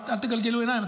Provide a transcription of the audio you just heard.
אל תגלגלו עיניים,